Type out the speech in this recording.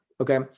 Okay